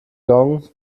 gong